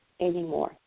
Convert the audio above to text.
anymore